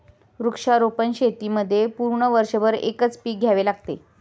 वृक्षारोपण शेतीमध्ये पूर्ण वर्षभर एकच पीक घ्यावे लागते